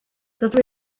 dydw